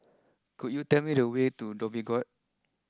could you tell me the way to Dhoby Ghaut